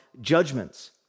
judgments